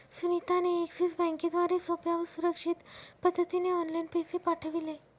सुनीता ने एक्सिस बँकेद्वारे सोप्या व सुरक्षित पद्धतीने ऑनलाइन पैसे पाठविले